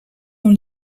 dans